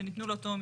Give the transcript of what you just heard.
שניתנו לאותו מתקן.